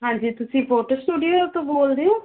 ਹਾਂਜੀ ਤੁਸੀਂ photo studio ਤੋਂ ਬੋਲਦੇ ਹੋ